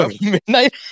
midnight